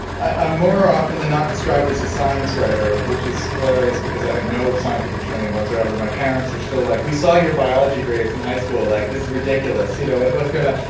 i'm more often than not described as a science writer, which is hilarious because i have no scientific training, whatsoever. my parents are still like, we saw your biology grades in high school. like, this is ridiculous you know but what's going on?